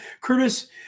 Curtis